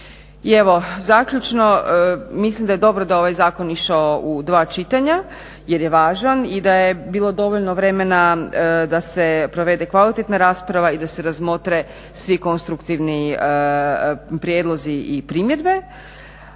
I evo zaključno, mislim da je dobro da je ovaj zakon išao u dva čitanja jer je važan i da je bilo dovoljno vremena da se provede kvalitetna rasprava i da se razmotre svi konstruktivni prijedlozi i primjedbe.